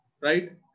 Right